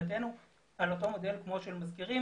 מבחינתנו על אותו מודל כמו של מזכירים,